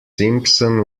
simpson